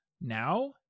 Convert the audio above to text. now